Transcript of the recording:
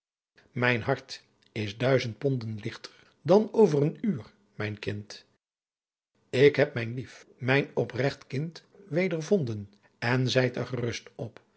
mijn hart is duizend ponden ligter dan over een uur mijn kind ik heb mijn lief mijn opregt kind wedergevonden en zijt er gerust op